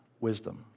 wisdom